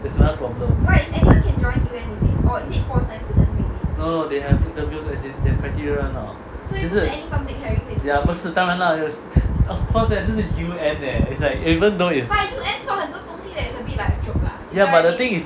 there's another problem no no no they have interviews as in they have criteria [one] lah 就是 ya 不是当然 lah of course this is U_N leh ya even though is but the thing is